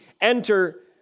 enter